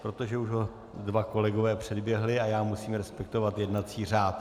Protože už ho dva kolegové předběhli a já musím respektovat jednací řád.